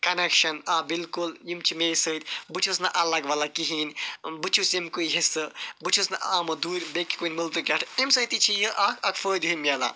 connection آ بلکل یِم چھِ میٚے سۭتۍ بہِ چھُس نہٕ الگ ولگ کہینۍ بہٕ چھُس یٔمۍ کُے حصہٕ بہٕ چھُس نہٕ آمُت دوٗرِ بیٚکہِ کُنہِ مُلکہٕ پٮ۪ٹھہٕ اَمہِ سۭتۍ تہِ چھُ یہِ اَکھ اَکھ فٲیدٕ ہیٛو میلان